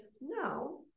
no